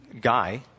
guy